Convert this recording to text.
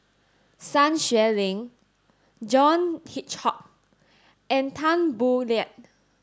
Sun Xueling John Hitchcock and Tan Boo Liat